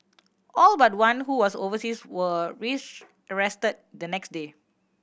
all but one who was overseas were rearrested the next day